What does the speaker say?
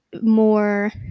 more